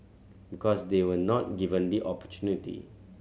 because they were not given the opportunity